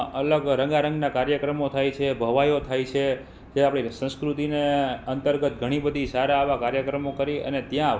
અલગ રંગારંગના કાર્યક્રમો થાય છે ભવાઈઓ થાય છે તે આપણી સંસ્કૃતિને અંતર્ગત ઘણીબધી સારા એવા કાર્યક્રમો કરી અને ત્યાં